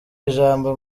ijambo